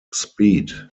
speed